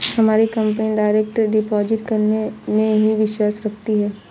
हमारी company direct deposit करने में ही विश्वास रखती है